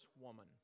woman